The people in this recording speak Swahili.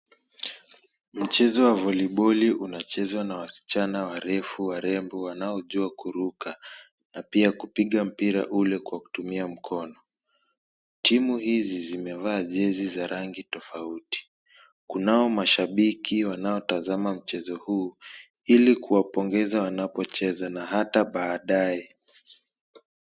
Mchezo wa valeboli unachezwa na wasichana warefu warembo wanaojua kuruka ,na pia kupiga mpira ule kwa kutumia mikono. Timu hizi zimevaa jezi izi za rangi tofauti .Kunao mashabiki wanaotazama mchezo huu ilikuwapongeza wanapocheza na ata baadaye.